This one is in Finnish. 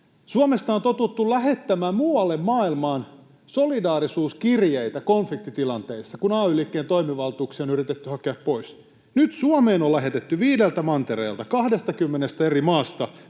Suomesta on totuttu lähettämään muualle maailmaan solidaarisuuskirjeitä konfliktitilanteissa, kun ay-liikkeen toimivaltuuksia on yritetty hakea pois. Nyt Suomeen on lähetetty viideltä mantereelta, 20:stä eri maasta